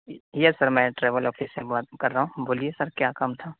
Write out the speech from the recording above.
یس sir میں travel office سے بات کر رہا ہوں بولیے سر کیا کام تھا